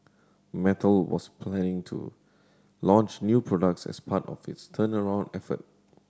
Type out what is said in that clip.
Mattel was planning to launch new products as part of its turnaround effort